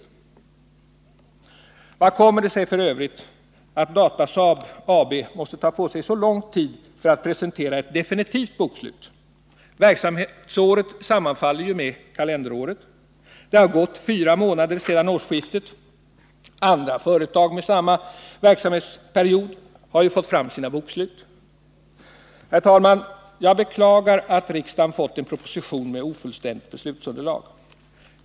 Hur - Nr 114 kommer det sig f. ö. att Datasaab AB måste ta så lång tid på sig för att presentera ett definitivt bokslut? Verksamhetsåret sammanfaller ju med kalenderåret. Det har gått fyra månader sedan årsskiftet. Andra företag med samma verksamhetsperiod har fått fram sina bokslut. Herr talman! Jag beklagar att riksdagen fått en proposition med ofullständigt beslutsunderlag.